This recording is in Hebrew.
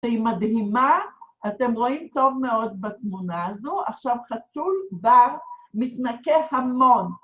שהיא מדהימה, אתם רואים טוב מאוד בתמונה הזו, עכשיו חתול בא, מתנקה המון.